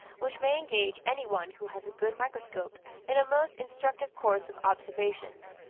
which may engage any one who has a good microscope in a most instructive course of observations,